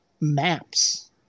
maps